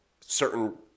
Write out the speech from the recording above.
certain